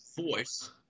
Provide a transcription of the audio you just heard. voice